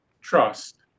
trust